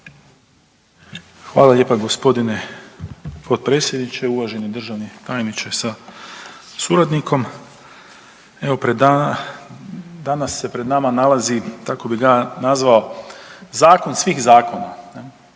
Hvala lijepo g. potpredsjedniče. Uvaženi državni tajniče sa suradnikom. Evo danas se pred nama nalazi tako bi ga ja nazvao zakon svih zakona,